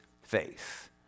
faith